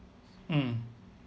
mm